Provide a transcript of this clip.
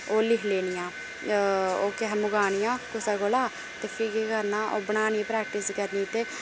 ओह् लिखी लैनियां ओह् केह् आक्खे मंगानियां कुसै कोला ते फ्ही केह् करना ओह् बनानी प्रैक्टिस करनी ते